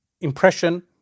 impression